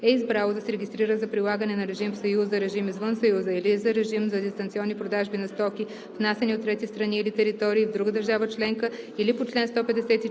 е избрало да се регистрира за прилагане на режим в Съюза, режим извън Съюза или за режим за дистанционни продажби на стоки, внасяни от трети страни или територии, в друга държава членка или по чл. 154,